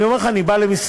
אני אומר לך, אני בא למשרד